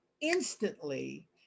instantly